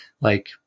like-